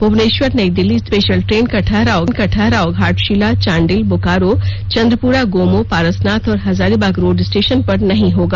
Muneshwar New Delhi special train का ठहराव घाटशिला चांडिल बोकारो चंद्रपुरा गोमो पारसनाथ और हजारीबाग रोड स्टेशन पर नहीं होगा